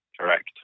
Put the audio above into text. correct